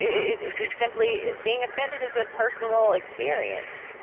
it it just simply being offended is a personal experience.